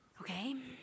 Okay